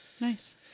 Nice